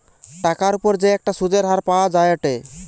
টাকার উপর যে একটা সুধের হার পাওয়া যায়েটে